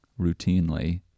routinely